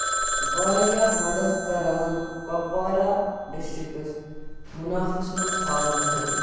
واریاہ مدد کران کۄپوارا ڈِسٹرکس مُنافس منٛز تھاونہٕ خٲطرٕ